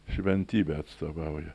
šventybę atstovauja